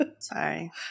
Sorry